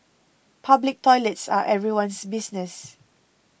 public toilets are everyone's business